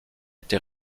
été